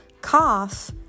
cough